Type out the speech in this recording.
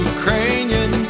Ukrainian